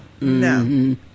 No